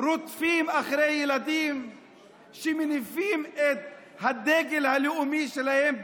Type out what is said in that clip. רודפים אחרי ילדים שמניפים את הדגל הלאומי שלהם,